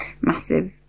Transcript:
massive